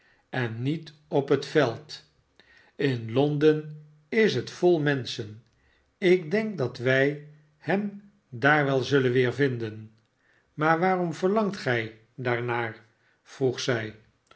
en niet op het veld in londen is het vol menschen ik denk dat wij hem daar wel zullen weervinden maar waarom verlangt gij daar naar vroeg zij